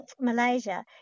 Malaysia